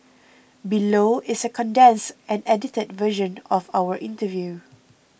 below is a condensed and edited version of our interview